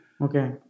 Okay